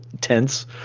tense